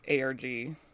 ARG